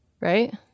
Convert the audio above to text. Right